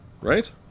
Right